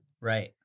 right